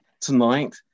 tonight